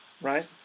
right